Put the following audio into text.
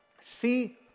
See